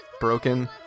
broken